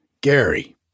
Gary